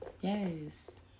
Yes